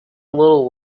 little